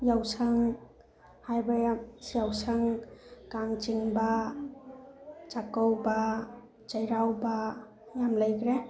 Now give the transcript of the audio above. ꯌꯥꯎꯁꯪ ꯍꯥꯏꯕ ꯌꯥꯎꯁꯪ ꯀꯥꯡ ꯆꯤꯡꯕ ꯆꯥꯛꯀꯧꯕ ꯆꯩꯔꯥꯎꯕ ꯌꯥꯝ ꯂꯩꯈ꯭ꯔꯦ